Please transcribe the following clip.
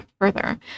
further